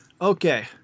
Okay